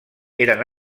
eren